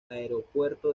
aeropuerto